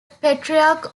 patriarch